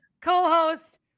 co-host